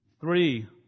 Three